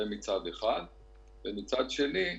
ומצד שני,